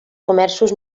comerços